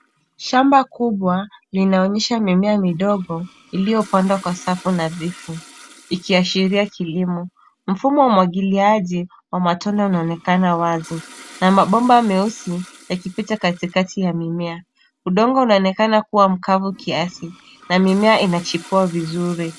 Shamba kubwa linaonyesha mimea midogo iliyopandwa kwa safu nadhifu ikiashiria kilimo, mfumo wa umwakiliaji wa matone unaonekana wasi na mapomba meusi yakipita katikati mwa mimea udongo unaonekana kuwa mkafu kiasi na mimea inajipua vizuri.